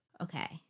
Okay